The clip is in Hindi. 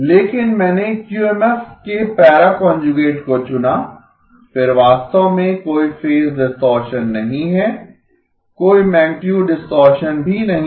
लेकिन मैंने क्यूएमएफ के पैरा कांजुगेट को चुना फिर वास्तव में कोई फेज डिस्टॉरशन नहीं है कोई मैगनीटुड डिस्टॉरशन भी नहीं है